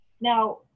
Now